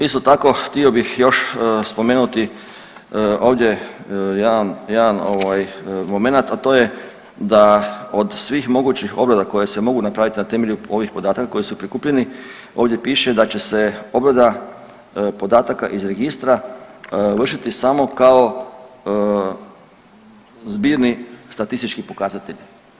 Isto tako, htio bih još spomenuti ovdje jedan, jedan ovaj momenat, a to je da od svih mogućih obrada koje se mogu napraviti na temelju ovih podataka koji su prikupljeni, ovdje piše da će se obrada podataka iz registra vršiti samo kao zbirni statistički pokazatelj.